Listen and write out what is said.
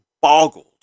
boggled